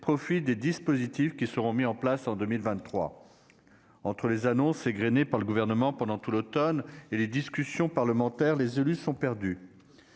profit des dispositifs qui seront mis en place en 2023. Entre les annonces égrenées par le Gouvernement pendant tout l'automne et les discussions parlementaires, les élus sont perdus.